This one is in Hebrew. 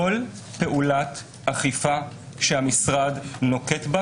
כול פעולת אכיפה שהמשרד נוקט בה